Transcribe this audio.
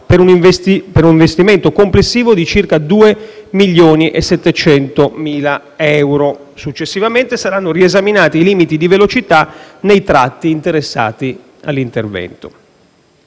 per un investimento complessivo di circa 2,7 milioni di euro; successivamente saranno riesaminati i limiti di velocità nei tratti interessati dall'intervento.